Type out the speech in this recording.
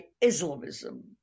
Islamism